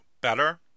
Better